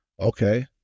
Okay